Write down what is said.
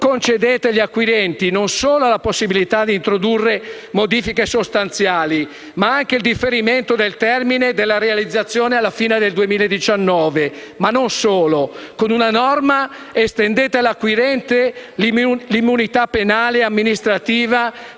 concedete agli acquirenti non solo la possibilità di introdurre modifiche sostanziali, ma anche il differimento del termine della realizzazione alla fine del 2019? E non solo: con una norma estendete all'acquirente l'immunità penale e amministrativa